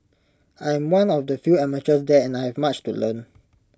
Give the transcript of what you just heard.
I'm one of the few amateurs there and I have much to learn